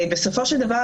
בסופו של דבר,